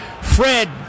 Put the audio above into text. Fred